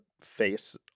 face